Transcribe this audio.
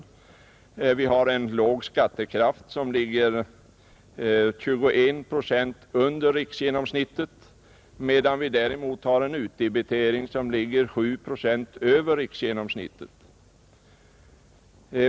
Vi har en låg skattekraft, som ligger 21 procent under riksgenomsnittet, medan vi har en utdebitering som ligger 7 procent över riksgenomsnittet.